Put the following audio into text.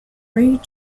great